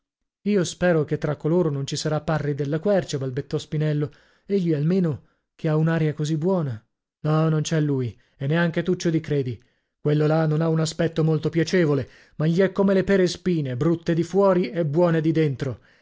io spero che tra costoro non ci sarà parri della quercia balbettò spinello egli almeno che ha un'aria così buona no non c'è lui e neanche tuccio di credi quello là non ha un aspetto molto piacevole ma gli è come le pere spine brutte di fuori e buone di dentro